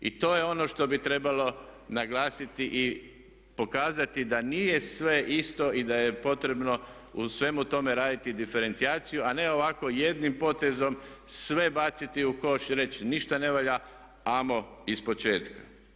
I to je ono što bi trebalo naglasiti i pokazati da nije sve isto i da je potrebno u svemu tome raditi diferencijaciju a ne ovako jednim potezom sve baciti u koš i reći ništa ne valja, ajmo ispočetka.